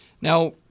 Now